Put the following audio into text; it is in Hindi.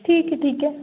ठीक है ठीक है